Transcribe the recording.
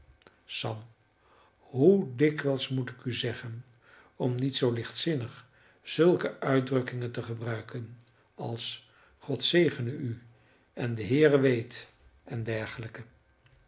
sam hoe dikwijls moet ik u zeggen om niet zoo lichtzinnig zulke uitdrukkingen te gebruiken als god zegene u en de heere weet en dergelijke